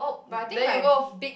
but I think like big